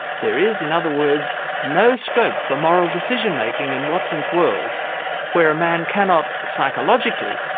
there is, in other words, no scope for moral decision-making in watson's world where a man cannot, psychologically,